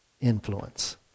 influence